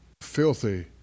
filthy